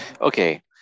Okay